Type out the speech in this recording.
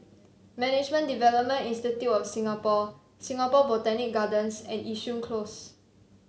Management Development Institute of Singapore Singapore Botanic Gardens and Yishun Close